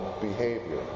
behavior